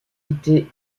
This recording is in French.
étaient